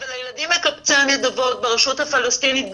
אבל הילדים מקבצי הנדבות ברשות הפלסטינית,